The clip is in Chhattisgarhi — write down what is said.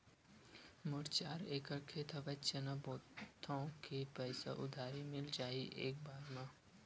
मोर चार एकड़ खेत हवे चना बोथव के पईसा उधारी मिल जाही एक बार मा?